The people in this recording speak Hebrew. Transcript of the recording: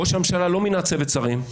ראש הממשלה לא מינה צוות שרים,